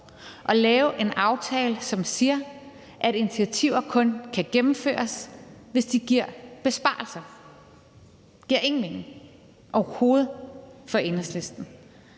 at lave en aftale, som siger, at initiativer kun gennemføres, hvis de giver besparelser. Det giver ingen mening overhovedet for Enhedslisten.